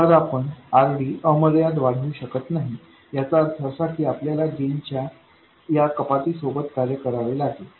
तर आपण RD अमर्याद वाढवू शकत नाही याचा अर्थ असा की आपल्याला गेन च्या या कपाती सोबत कार्य करावे लागेल